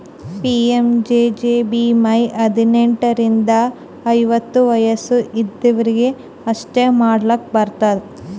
PMJJBY ಹದ್ನೆಂಟ್ ರಿಂದ ಐವತ್ತ ವಯಸ್ ಇದ್ದವ್ರಿಗಿ ಅಷ್ಟೇ ಮಾಡ್ಲಾಕ್ ಬರ್ತುದ